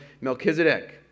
Melchizedek